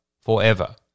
forever